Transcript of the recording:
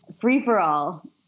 free-for-all